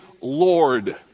Lord